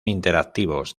interactivos